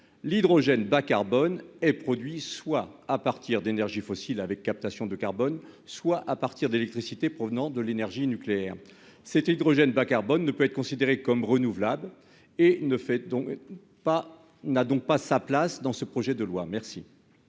l'hydrogène bas-carbone est produit soit à partir d'énergies fossiles avec captation de carbone, soit à partir d'électricité provenant de l'énergie nucléaire. L'hydrogène bas carboné ne peut donc pas être considéré comme une énergie renouvelable, et n'a pas sa place dans ce projet de loi.